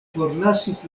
forlasis